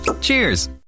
Cheers